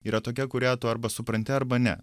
yra tokia kurią tu arba supranti arba ne